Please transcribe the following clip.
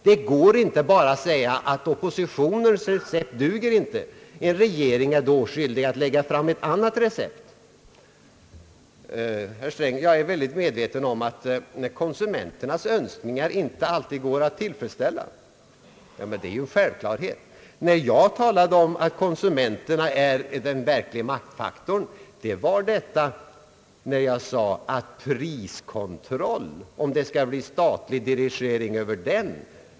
Det går inte att bara säga, att oppositionens recept inte duger. En regering är då skyldig att lägga fram ett annat recept. Jag är väldigt medveten om att konsumenternas önskningar inte alltid går att tillfredsställa. Det är ju en självklarhet! När jag talade om att konsumen terna utgör en verklig maktfaktor, var det i samband med priskontroll och en eventuell statlig dirigering av priserna.